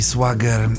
Swagger